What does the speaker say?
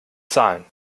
zahlen